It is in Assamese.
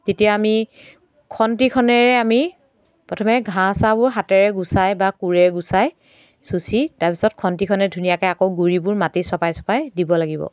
তেতিয়া আমি খন্তিখনেৰে আমি প্ৰথমে ঘাঁহ চাঁহবোৰ হাতেৰে গুচাই বা কোৰে গুচাই চুচি ধুনীয়াকৈ আকৌ গুড়িবোৰ মাটি চপাই চপাই দিব লাগিব